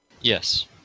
Yes